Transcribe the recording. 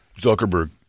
Zuckerberg